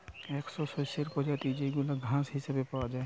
একটো শস্যের প্রজাতি যেইগুলা ঘাস হিসেবে পাওয়া যায়